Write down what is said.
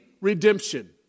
redemption